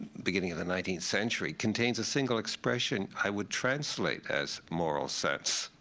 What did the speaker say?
beginning of the nineteenth century, contains a single expression i would translate as moral sense.